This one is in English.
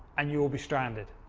and you will be stranded.